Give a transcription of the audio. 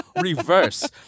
reverse